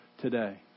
today